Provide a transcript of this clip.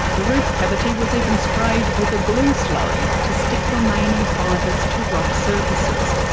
the roof cavity was even sprayed with a glue slurry to stick remaining fibres to rough surfaces.